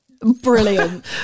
Brilliant